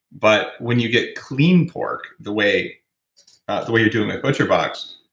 but when you get clean pork the way the way you're doing at butcher box,